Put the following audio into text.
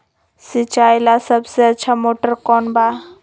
सिंचाई ला सबसे अच्छा मोटर कौन बा?